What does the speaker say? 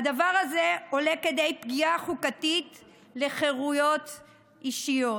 והדבר הזה עולה עד כדי פגיעה חוקתית בחירויות אישיות.